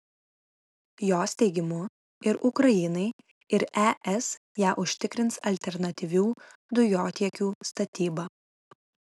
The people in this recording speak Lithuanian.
jos teigimu ir ukrainai ir es ją užtikrins alternatyvių dujotiekių statyba